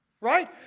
right